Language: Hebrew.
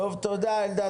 תודה אלדד.